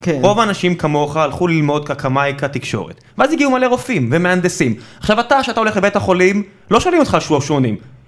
רוב האנשים כמוך הלכו ללמוד קקמייקה תקשורת ואז הגיעו מלא רופאים ומהנדסים עכשיו אתה, שאתה הולך לבית החולים לא שואלים אותך על שיעור שעונים